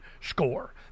score